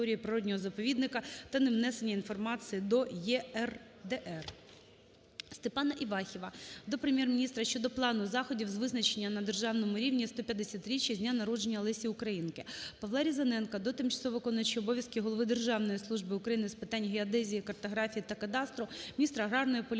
Степана Івахіва до Прем'єр-міністра щодо плану заходів з відзначення на державному рівні 150-річчя з дня народження Лесі Українки. Павла Різаненка до тимчасово виконуючого обов'язки голови Державної служби України з питань геодезії, картографії та кадастру, міністра аграрної політики